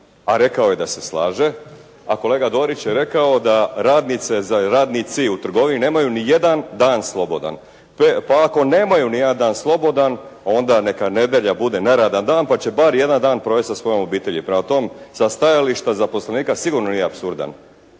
a rekao je da se slaže. A kolega Dorić je rekao da radnici u trgovini nemaj ni jedan dan slobodan. Pa ako nemaju ni jedan dan slobodan, onda neka nedjelja bude neradan dan pa će bar jedan dan provesti sa svojom obitelji. Prema tom, sa stajališta zaposlenika sigurno nije apsurdan,